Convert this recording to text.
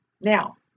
Now